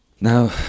Now